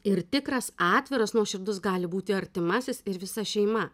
ir tikras atviras nuoširdus gali būti artimasis ir visa šeima